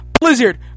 Blizzard